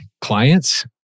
clients